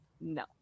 no